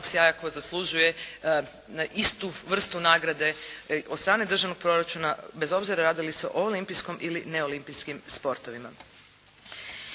medalja zlatnog sjaja koja zaslužuje istu vrstu nagrade od strane državnog proračuna bez obzira radi li se o olimpijskom ili neolimpijskim sportovima.